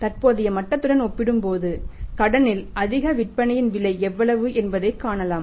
தற்போதைய மட்டத்துடன் ஒப்பிடும்போது கடனில் அதிக விற்பனையின் விலை எவ்வளவு என்பதைக் காணலாம்